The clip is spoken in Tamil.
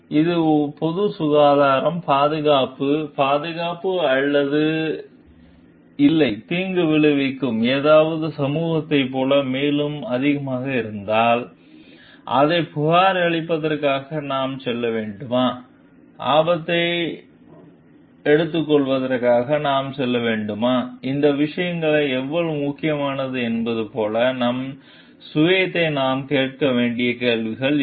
இது பொது சுகாதாரம் பாதுகாப்பு பாதுகாப்பு அல்லது இல்லை தீங்கு விளைவிக்கும் ஏதாவது சமூகத்தைப் போல மேலும் அதிகமாக இருந்தால் எனவே அதைப் புகாரளிப்பதற்காக நாம் செல்ல வேண்டுமா ஆபத்தை எடுத்துக்கொள்வதற்காக நாம் செல்ல வேண்டுமா இந்த விஷயம் எவ்வளவு முக்கியமானது என்பது போல நம் சுயத்தை நாம் கேட்க வேண்டிய கேள்விகள் இவை